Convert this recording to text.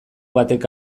batek